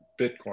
Bitcoin